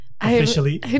Officially